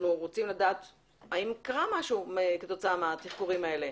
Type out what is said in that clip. האם קרה משהו כתוצאה מהתחקורים האלה?